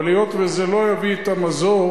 אבל היות שזה לא יביא את המזור,